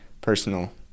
personal